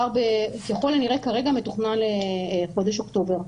ככל הנראה כרגע זה מתוכנן לחודש אוקטובר,